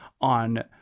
on